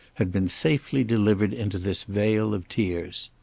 had been safely delivered into this vale of tears.